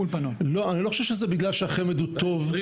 אני לא חושב שזה בגלל שהחמ"ד הוא טוב --- ו-